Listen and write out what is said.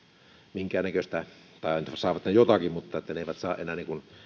minkäännäköistä rahoitusta tai saavat ne jotakin mutta ne eivät saa enää